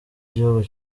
igihugu